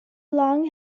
long